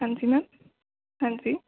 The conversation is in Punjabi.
ਹਾਂਜੀ ਮੈਮ ਹਾਂਜੀ